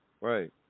Right